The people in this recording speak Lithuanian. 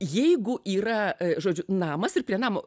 jeigu yra žodžiu namas ir prie namo